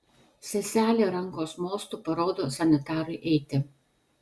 seselė rankos mostu parodo sanitarui eiti